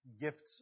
gifts